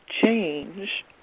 change